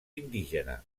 indígena